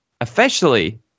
officially